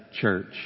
church